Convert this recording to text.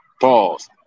Pause